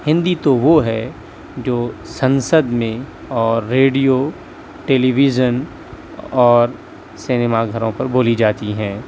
ہندی تو وہ ہے جو سنسد میں اور ریڈیو ٹیلیویژن اور سنیما گھروں پر بولی جاتی ہیں